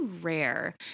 rare